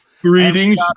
greetings